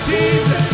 Jesus